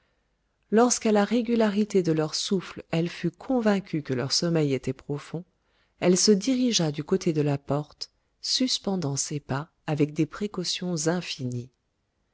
lorsqu'à la régularité de leur souffle elle fut convaincue que leur sommeil était profond elle se dirigea du côté de la porte suspendant ses pas avec des précautions infinies